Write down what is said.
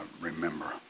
remember